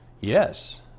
yes